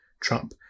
Trump